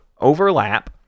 overlap